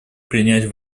принять